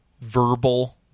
verbal